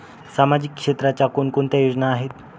सामाजिक क्षेत्राच्या कोणकोणत्या योजना आहेत?